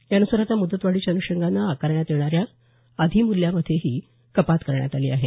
यानुसार आता मुदतवाढीच्या अन्षंगानं आकारण्यात येणाऱ्या अधिमूल्यामध्येही कपात करण्यात आली आहे